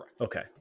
okay